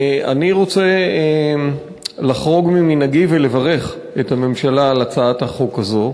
אני רוצה לחרוג ממנהגי ולברך את הממשלה על הצעת החוק הזאת,